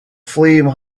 flame